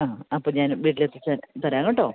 ആ അപ്പം ഞാൻ വീട്ടിൽ എത്തിച്ച് തരാം കേട്ടോ